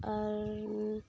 ᱟᱨ